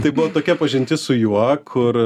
tai buvo tokia pažintis su juo kur